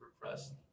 repressed